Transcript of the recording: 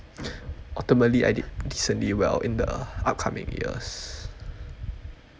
ultimately I did decently well in the uh upcoming years